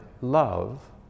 love